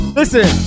listen